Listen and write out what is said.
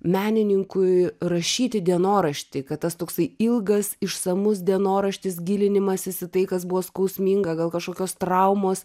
menininkui rašyti dienoraštį kad tas toksai ilgas išsamus dienoraštis gilinimasis į tai kas buvo skausminga gal kažkokios traumos